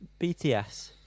BTS